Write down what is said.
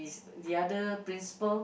the other principal